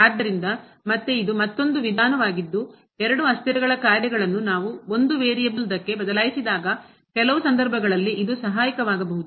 ಆದ್ದರಿಂದ ಮತ್ತೆ ಇದು ಮತ್ತೊಂದು ವಿಧಾನವಾಗಿದ್ದು ಎರಡು ಅಸ್ಥಿರಗಳ ಕಾರ್ಯಗಳನ್ನು ನಾವು ಒಂದು ವೇರಿಯಬಲ್ ದಕ್ಕೆ ಬದಲಾಯಿಸಿದಾಗ ಕೆಲವು ಸಂದರ್ಭಗಳಲ್ಲಿ ಇದು ಸಹಾಯಕವಾಗಬಹುದು